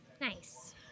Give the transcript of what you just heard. Nice